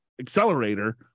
accelerator